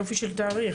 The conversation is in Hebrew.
יופי של תאריך.